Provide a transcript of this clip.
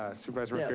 ah supervisor and